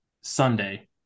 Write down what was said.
Sunday